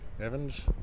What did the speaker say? Evans